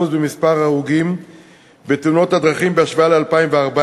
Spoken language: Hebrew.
במספר ההרוגים בתאונות הדרכים בהשוואה ל-2014.